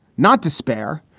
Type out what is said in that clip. not despair,